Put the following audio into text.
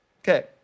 Okay